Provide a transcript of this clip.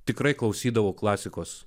tikrai klausydavau klasikos